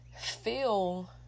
feel